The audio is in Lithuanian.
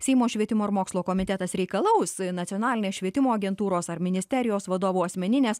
seimo švietimo ir mokslo komitetas reikalaus nacionalinės švietimo agentūros ar ministerijos vadovų asmeninės